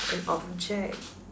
an object